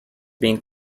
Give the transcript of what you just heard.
being